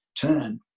turn